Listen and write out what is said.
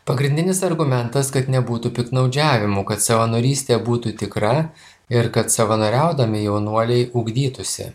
pagrindinis argumentas kad nebūtų piktnaudžiavimų kad savanorystė būtų tikra ir kad savanoriaudami jaunuoliai ugdytųsi